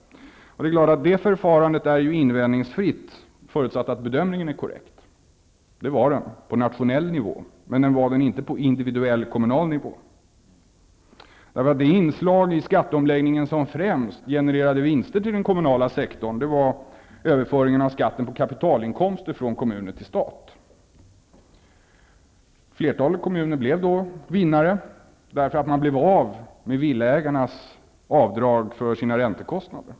Det förfarandet är naturligtvis invändningsfritt, förutsatt att bedömningen är korrekt. Det var den på nationell nivå, men den var det inte på individuell, kommunal nivå. Det inslag i skatteomläggningen som främst genererade vinster till den kommuala sektorn var överföringen av skatten på kapitalinkomster från kommuner till stat. Flertalet kommuner blev då vinnare, därför att de blev av med villaägarnas avdrag för räntekostnader.